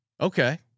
Okay